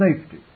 safety